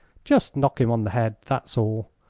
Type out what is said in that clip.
just knock him on the head, that's all,